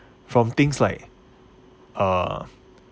from things like uh